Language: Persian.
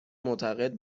معتقد